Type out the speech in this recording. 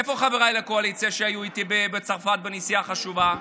איפה חבריי לקואליציה שהיו איתי בצרפת בנסיעה חשובה?